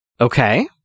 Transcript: Okay